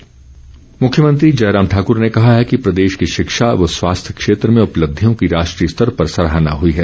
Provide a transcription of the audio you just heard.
जयराम ठाकुर मुख्यमंत्री जयराम ठाकुर ने कहा है कि प्रदेश की शिक्षा व स्वास्थ्य क्षेत्र में उपलब्धियों की राष्ट्रीय स्तर पर सराहना हई है